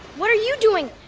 what are you doing?